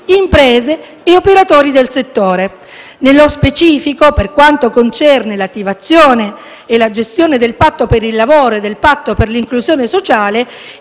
imprese ed operatori del settore. Nello specifico, per quanto concerne l'attivazione e la gestione del Patto per il lavoro e del Patto per l'inclusione sociale,